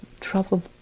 trouble